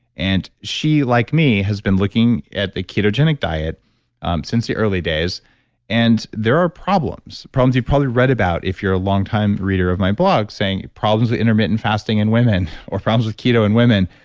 and she like me has been looking at the ketogenic diet since the early days and there are problems. problems you've probably read about if you're a longtime reader of my blog saying problems with intermittent fasting in women or problems with keto in women.